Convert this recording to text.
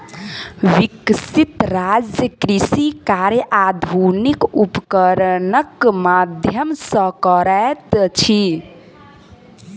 विकसित राज्य कृषि कार्य आधुनिक उपकरणक माध्यम सॅ करैत अछि